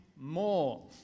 more